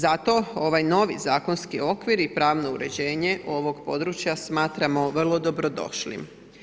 Zato ovaj novi zakonski okvir i pravno uređenje ovog područja smatramo vrlo dobrodošlim.